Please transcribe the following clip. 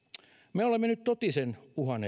me olemme nyt totisen uhan